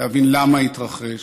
להבין למה התרחש.